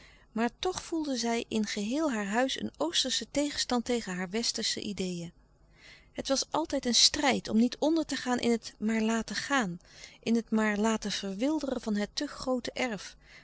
maar toch voelde zij in geheel haar huis een oosterschen tegenstand tegen hare westersche ideeën het was altijd een strijd om niet onder te gaan in het maar laten gaan in het maar laten verwilderen van het te groote erf